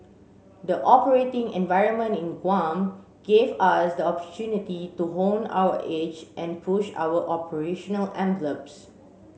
the operating environment in Guam gave us the opportunity to hone our edge and push our operational envelopes